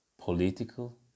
political